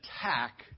attack